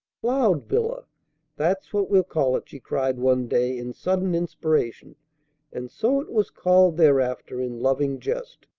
cloud villa that's what we'll call it, she cried one day in sudden inspiration and so it was called thereafter in loving jest.